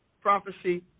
prophecy